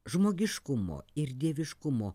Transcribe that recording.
žmogiškumo ir dieviškumo